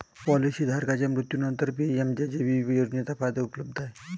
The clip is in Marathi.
पॉलिसी धारकाच्या मृत्यूनंतरच पी.एम.जे.जे.बी योजनेचा फायदा उपलब्ध आहे